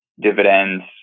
dividends